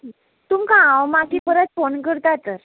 तुमकां हांव मागीर परत फोन करता तर